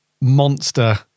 monster